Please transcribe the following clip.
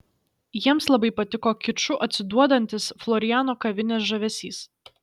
jiems labai patiko kiču atsiduodantis floriano kavinės žavesys